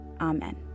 Amen